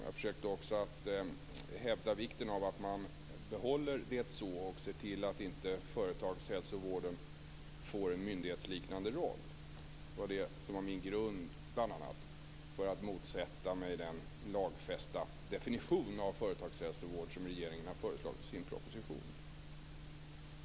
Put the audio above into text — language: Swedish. Jag försökte också hävda vikten av att man behåller det så och ser till att inte företagshälsovården får en myndighetsliknande roll. Det var bl.a. det som var min grund för att motsätta mig den lagfästa definition av företagshälsovård som regeringen har föreslagit i sin proposition.